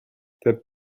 that